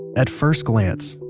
at first glance,